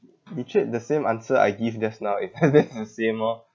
we treat the same answer I give just now if that's the same orh